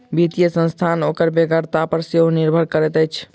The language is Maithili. वित्तीय संस्था ओकर बेगरता पर सेहो निर्भर करैत अछि